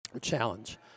challenge